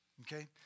okay